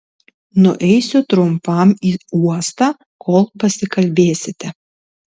nueisiu trumpam į uostą kol pasikalbėsite